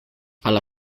alla